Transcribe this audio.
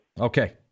Okay